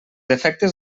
efectes